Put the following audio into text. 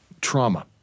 trauma